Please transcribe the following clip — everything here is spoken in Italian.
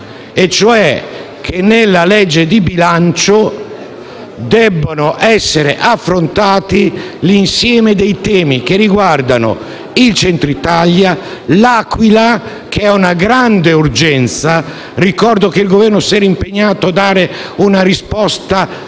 fatto che nella prossima legge di bilancio deve essere affrontato l'insieme dei temi che riguardano il centro Italia, L'Aquila, su cui c'è una grande urgenza - ricordo che il Governo si era impegnato a dare una risposta